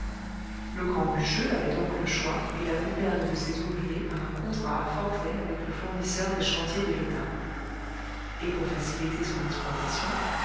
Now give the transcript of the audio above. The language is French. le grand bûcheux avait donc le choix et la gouverne de ses ouvriers par un contrat à forfait avec le fournisseur des chantiers de l'état et pour faciliter son exploitation